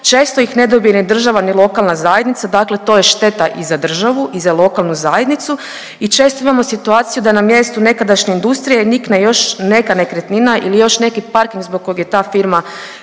često ih ne dobije ni država ni lokalna zajednica, dakle to je šteta i za državu i za lokalnu zajednicu i često imamo situaciju da na mjestu nekadašnje industrije nikne još neka nekretnina ili još neki parking zbog kog je ta firma